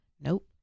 Nope